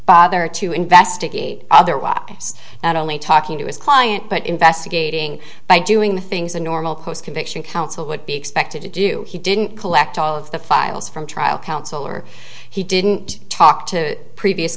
bother to investigate otherwise not only talking to his client but investigating by doing the things a normal post conviction counsel would be expected to do he didn't collect all of the files from trial counsel or he didn't talk to previous